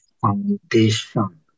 foundation